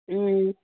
ꯎꯝ